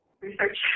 Research